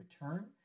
return